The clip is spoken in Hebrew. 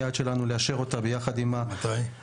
היעד שלנו לאשר אותה יחד עם הרשות